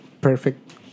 perfect